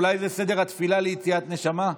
אולי זה סדר התפילה ליציאת נשמה.